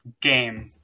game